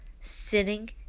sitting